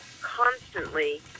constantly